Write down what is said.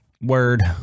Word